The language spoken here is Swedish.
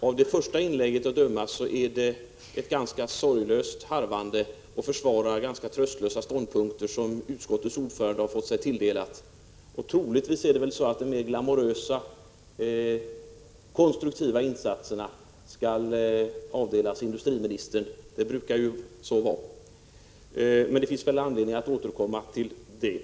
Av det första inlägget att döma är det ett ganska sorglöst harvande och ett försvar av tröstlösa ståndpunkter som utskottets ordförande har tilldelats. Troligtvis skall de mer glamorösa och konstruktiva insatserna tilldelas industriministern — det brukar vara så. Det finns väl anledning att återkomma till det.